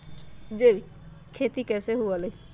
जैविक खेती कैसे हुआ लाई?